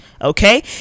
Okay